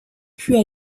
puis